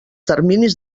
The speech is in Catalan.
terminis